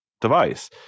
device